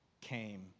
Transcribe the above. came